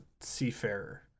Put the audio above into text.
seafarer